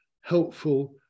helpful